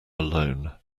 alone